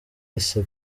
yise